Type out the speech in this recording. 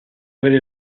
avere